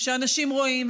שאנשים רואים,